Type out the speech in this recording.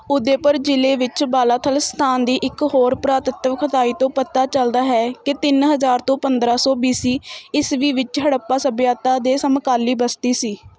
ਉਦੈਪੁਰ ਜ਼ਿਲ੍ਹੇ ਵਿੱਚ ਬਾਲਾਥਲ ਸਥਾਨ ਦੀ ਇੱਕ ਹੋਰ ਪੁਰਾਤੱਤਵ ਖੁਦਾਈ ਤੋਂ ਪਤਾ ਚਲਦਾ ਹੈ ਕਿ ਤਿੰਨ ਹਜ਼ਾਰ ਤੋਂ ਪੰਦਰਾਂ ਸੌ ਬੀ ਸੀ ਈਸਵੀ ਵਿੱਚ ਹੜੱਪਾ ਸੱਭਿਅਤਾ ਦੇ ਸਮਕਾਲੀ ਬਸਤੀ ਸੀ